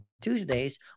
Tuesdays